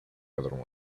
other